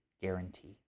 guarantee